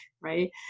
right